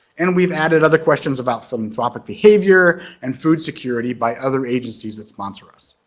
and we've added other questions about philanthropic behavior and food security by other agencies that sponsor us.